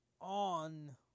On